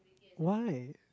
why